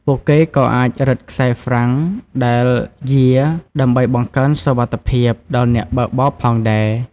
ពួកគេក៏អាចរឹតខ្សែហ្រ្វាំងដែលយារដើម្បីបង្កើនសុវត្ថិភាពដល់អ្នកបើកបរផងដែរ។